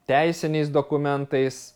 teisiniais dokumentais